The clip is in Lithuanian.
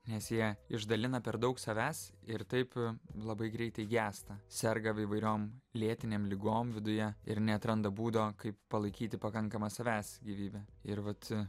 nes jie išdalina per daug savęs ir taip labai greitai gęsta serga įvairiom lėtinėm ligom viduje ir neatranda būdo kaip palaikyti pakankamą savęs gyvybę ir vat